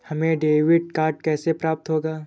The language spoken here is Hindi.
हमें डेबिट कार्ड कैसे प्राप्त होगा?